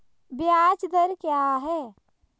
ब्याज दर क्या है?